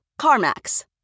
CarMax